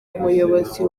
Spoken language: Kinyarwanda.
umuyobozi